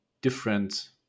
different